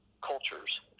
Cultures